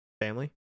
Family